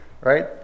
right